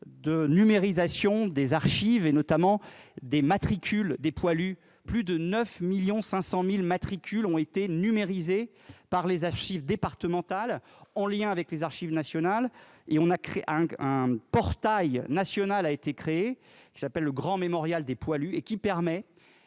de numérisation des archives, notamment des matricules des poilus. Plus de 9,5 millions de matricules ont été numérisés par les archives départementales, en lien avec les Archives nationales. Un portail national a été créé, le grand mémorial des poilus, qui permet